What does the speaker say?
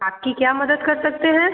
आपकी क्या मदद कर सकते हैं